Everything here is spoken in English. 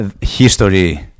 history